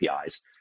APIs